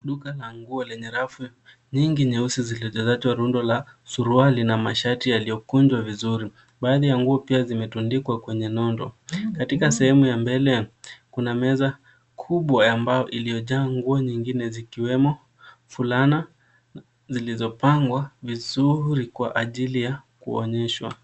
Duka la nguo lenye rafu nyingi nyeusi zilizojaa rundo la suruali na mashati yaliyokunjwa vizuri. Baadhi ya nguo pia zimetundikwa kwenye nondo. katika sehemu ya mbele, kuna meza kubwa ya mbao iliyojaa nguo nyingi na zikiwemo fulana zilizopangwa vizuri kwa ajili ya kuonyeshwa.